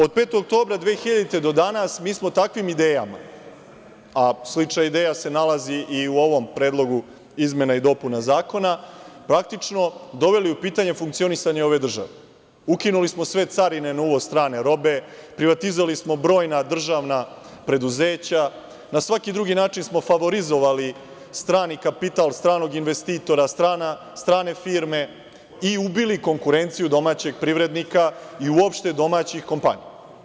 Od 5. oktobra 2000. godine do danas mi smo takvim idejama, a slična ideja se nalazi i u ovom predlogu izmena i dopuna zakona, praktično doveli u pitanje funkcionisanje ove države, ukinuli smo sve carine na uvoz strane robe, privatizovali smo brojna državna preduzeća, na svaki drugi način smo favorizovali strani kapital, stranog investitora, strane firme i ubili konkurenciju domaćeg privrednika i uopšte domaćih kompanija.